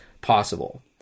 possible